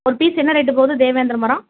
ஒரு பீஸ் என்ன ரேட்டு போகுது தேவேந்திர மரம்